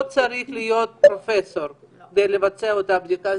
לא צריך להיות פרופסור ולבצע את הבדיקה.